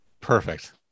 Perfect